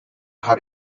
her